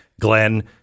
Glenn